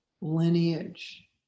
lineage